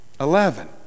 Eleven